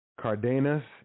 Cardenas